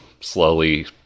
slowly